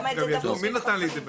גם ידעו מי נתן לי את זה במזומן.